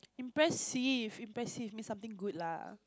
impressive impressive means something good lah